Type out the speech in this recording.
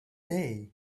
day